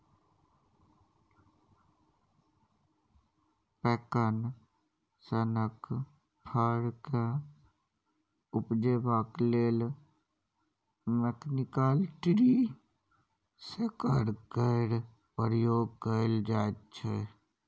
पैकन सनक फर केँ उपजेबाक लेल मैकनिकल ट्री शेकर केर प्रयोग कएल जाइत छै